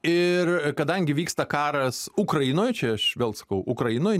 ir kadangi vyksta karas ukrainoj čia aš vėl sakau ukrainoj